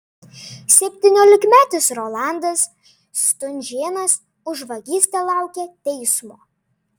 septyniolikmetis rolandas stunžėnas už vagystę laukia teismo